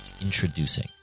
Introducing